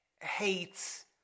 hates